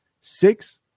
six